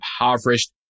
impoverished